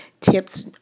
tips